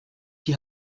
die